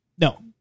No